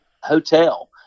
hotel